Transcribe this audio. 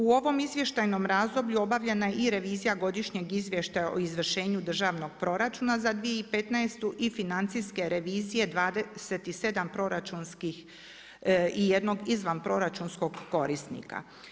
U ovom izvještajno razdoblju obavljena je i revizija godišnjeg izvještaja o izvršenju državnog proračuna za 2015. i financijske revizije 27 proračunskih i 1 izvanproračunskog korisnika.